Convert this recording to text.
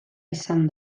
izan